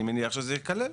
אני מניח שזה יכלל.